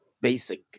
basic